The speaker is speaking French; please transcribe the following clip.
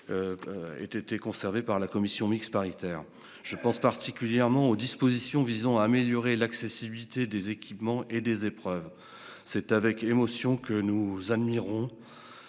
ait conservé une grande partie du travail du Sénat. Je pense particulièrement aux dispositions visant à améliorer l'accessibilité des équipements et des épreuves. C'est avec émotion que nous admirerons,